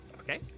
Okay